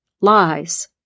lies